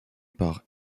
par